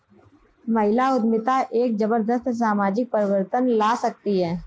महिला उद्यमिता एक जबरदस्त सामाजिक परिवर्तन ला सकती है